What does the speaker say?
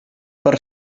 per